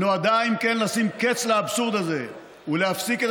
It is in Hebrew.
נועדה אם כן לשים קץ לאבסורד הזה ולהפסיק את